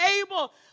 able